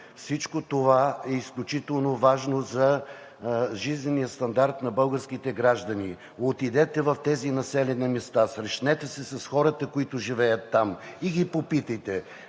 Всичко това е изключително важно за жизнения стандарт на българските граждани. Отидете в тези населени места, срещнете се с хората, които живеят там, и ги попитайте: